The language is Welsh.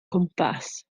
cwmpas